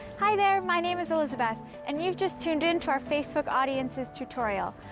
hi there, my name is elizabeth. and you've just tuned in to our facebook audiences tutorial,